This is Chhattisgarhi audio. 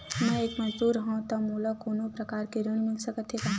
मैं एक मजदूर हंव त मोला कोनो प्रकार के ऋण मिल सकत हे का?